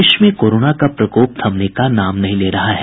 देश में कोरोना का प्रकोप थमने का नाम नहीं ले रहा है